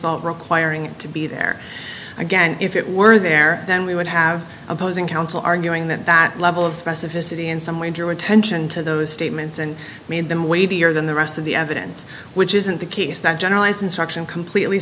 not requiring to be there again if it were there then we would have opposing counsel arguing that that level of specificity in some way in your attention to those statements and made them wait a year than the rest of the evidence which isn't the case that generalized instruction completely